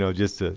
so just, ah